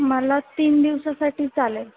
मला तीन दिवसासाठी चालेल